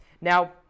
Now